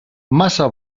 massa